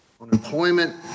Unemployment